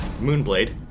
Moonblade